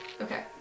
Okay